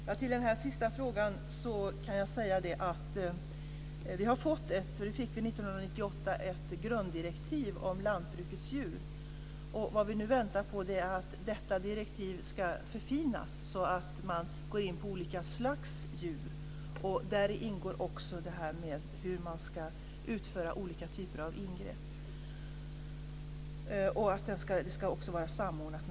Fru talman! På den sista frågan kan jag svara att vi 1998 fick ett grunddirektiv om lantbrukets djur. Det vi nu väntar på är att detta direktiv ska förfinas så att man går in på olika slags djur. Där ingår också hur man ska utföra olika typer av ingrepp. Det ska naturligtvis också vara samordnat.